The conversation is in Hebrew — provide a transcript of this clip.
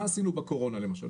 מה עשינו בקורונה למשל?